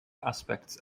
aspects